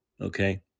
okay